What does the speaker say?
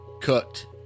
cooked